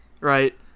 right